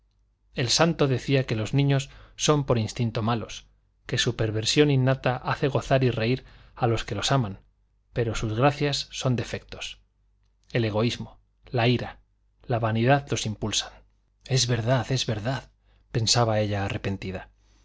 el santo decía que los niños son por instinto malos que su perversión innata hace gozar y reír a los que los aman pero sus gracias son defectos el egoísmo la ira la vanidad los impulsan es verdad es verdad pensaba ella arrepentida